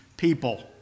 People